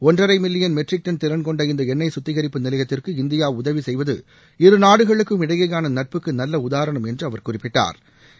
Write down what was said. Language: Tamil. ஒன்றரை மில்லியன் மெட்ரிக் டன் திறன் கொண்ட இந்த எண்ணெய் குத்திகரிப்பு நிலையத்திற்கு இந்தியா உதவி செய்வது இருநாடுகளுக்குமிடையேயான நட்புக்கு நல்ல உதாரணம் என்று அவர் குறிப்பிட்டா்